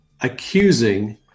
accusing